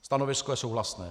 Stanovisko je souhlasné.